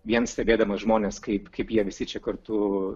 vien stebėdamas žmones kaip kaip jie visi čia kartu